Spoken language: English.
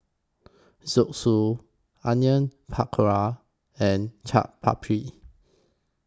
Zosui Onion Pakora and Chaat Papri